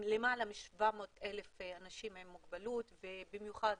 למעלה מ-700,000 אנשים עם מוגבלות ובמיוחד